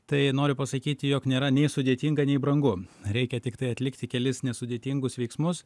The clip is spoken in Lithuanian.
tai noriu pasakyti jog nėra nei sudėtinga nei brangu reikia tiktai atlikti kelis nesudėtingus veiksmus